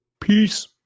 Peace